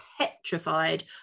petrified